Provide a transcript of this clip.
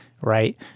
right